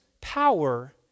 power